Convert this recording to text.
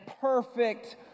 perfect